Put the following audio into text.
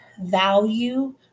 value